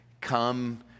come